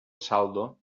saldo